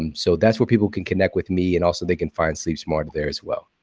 and so that's where people can connect with me, and also, they can find sleep smart there as well.